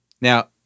Now